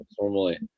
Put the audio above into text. Normally